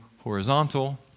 horizontal